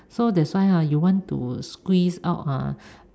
so that's why ha you want to squeeze out ah